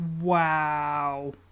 Wow